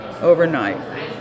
overnight